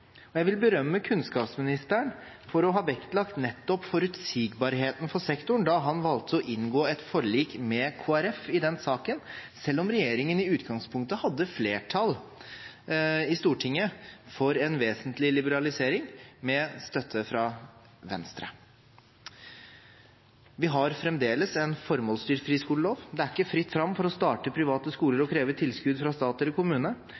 vi. Jeg vil berømme kunnskapsministeren for å ha vektlagt nettopp forutsigbarheten for sektoren da han valgte å inngå et forlik med Kristelig Folkeparti i den saken, selv om regjeringen i utgangspunktet hadde flertall i Stortinget for en vesentlig liberalisering, med støtte fra Venstre. Vi har fremdeles en formålsstyrt friskolelov. Det er ikke fritt fram for å starte private skoler og kreve tilskudd fra stat eller kommune,